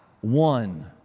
one